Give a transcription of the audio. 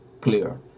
clear